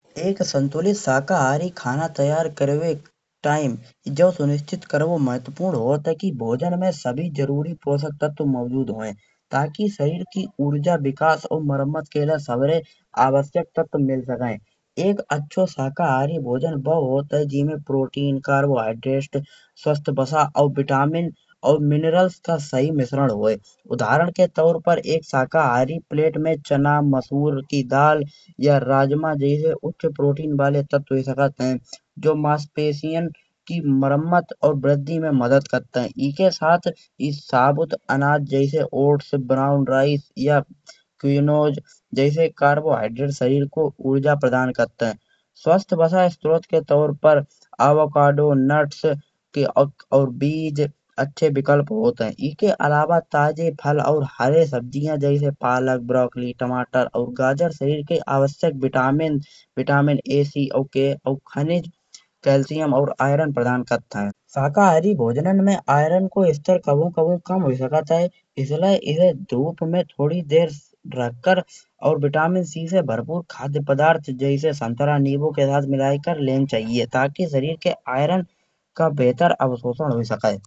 एक शांतुलित शाकाहारी खाना तैयार करबे टाइम जो सुनिश्चित करबो महत्वपूर्ण होत है। कि भोजन में सभी जरूरी पोषण तत्व मौजूद होए। ताकि शरीर की ऊर्जा विकास और मरम्मत के लय सबरे आवश्यक तत्व मिल सके। एक अच्छा शाकाहारी भोजन वह होत है जिसमें प्रोटीन कार्बोहाइड्रेट स्वस्थ बसा विटामिन और मिनरल्स का सही मिश्रण होए। उदाहरण के तौर पर एक शाकाहारी प्लेट में चना, मशहूर की दाल या राजमा जैसे उच्च प्रोटीन वाले तत्व हुय सकत है। जो मांसपेशियों की मरम्मत और वृद्धि में मदद करत है। एके साथ यी साबुत अनाज जैसे ओट्स ब्राउन राइस या क्विनोआ जैसे कार्बोहाइड्रेट शरीर को ऊर्जा प्रदान करत है। स्वस्थ बसा स्रोत के तौर पर एवकाडो नट्स और बीज अच्छे विकल्प होत है। एके अलावा ताजे फल और हरी सब्जियां जैसे पालक, ब्रोकोली, टमाटर और गाजर शरीर के आवश्यक विटामिन ए और सी और खनिज कैल्शियम और आयरन प्रदान करत है। शाकाहारी भोजनां में आयरन को स्तर कबहउ कबहउ कम हुय सकत है। इसलिये इसे धूप में थोड़ी देर रखकर और विटामिन सी से भरपूर खादपदार्थ जैसे संत्रा, नींबू के साथ मिलाई के लें चाहिए। ताकि शरीर के आयरन का बेहतर अवसोसन हुय सके।